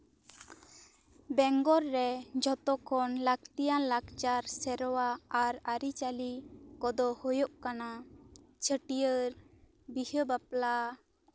ᱵᱮᱝᱜᱚᱞ ᱨᱮ ᱡᱷᱚᱛᱚ ᱠᱷᱚᱱ ᱞᱟᱹᱠᱛᱤᱭᱟᱱ ᱞᱟᱠᱪᱟᱨ ᱥᱮᱨᱣᱟ ᱟᱨ ᱟᱹᱨᱤ ᱪᱟᱹᱞᱤ ᱠᱚᱫᱚ ᱦᱳᱭᱳᱜ ᱠᱟᱱᱟ ᱪᱷᱟ ᱴᱭᱟᱹᱨ ᱵᱤᱦᱟᱹ ᱵᱟᱯᱞᱟ